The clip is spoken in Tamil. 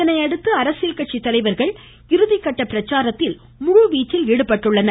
இதனையடுத்து அரசியல் கட்சித்தலைவர்கள் இறுதிகட்ட பிரச்சாரத்தில் முழுவீச்சில் ஈடுபட்டுள்ளனர்